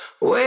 Wait